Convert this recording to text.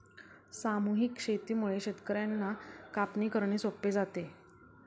सामूहिक शेतीमुळे शेतकर्यांना कापणी करणे सोपे जाते